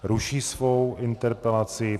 Ruší svou interpelaci.